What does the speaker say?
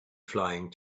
flying